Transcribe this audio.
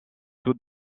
tout